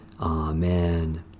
Amen